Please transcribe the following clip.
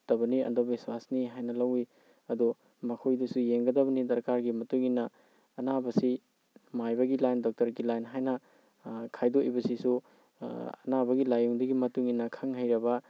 ꯐꯠꯇꯕꯅꯤ ꯑꯟꯗꯕꯤꯁ꯭ꯋꯥꯏꯁꯅꯤ ꯍꯥꯏꯅ ꯂꯧꯏ ꯑꯗꯨ ꯃꯈꯣꯏꯗꯁꯨ ꯌꯦꯡꯒꯗꯕꯅꯤ ꯗꯔꯀꯥꯔꯒꯤ ꯃꯇꯨꯡꯏꯟꯅ ꯑꯅꯥꯕꯁꯤ ꯃꯥꯏꯕꯒꯤ ꯂꯥꯏꯟ ꯗꯣꯛꯇꯔꯒꯤ ꯂꯥꯏꯟ ꯍꯥꯏꯅ ꯈꯥꯏꯗꯣꯛꯏꯕꯁꯤꯁꯨ ꯑꯅꯥꯕꯒꯤ ꯂꯥꯏꯑꯣꯡꯗꯨꯒꯤ ꯃꯇꯨꯡꯏꯟꯅ ꯈꯪ ꯍꯩꯔꯕ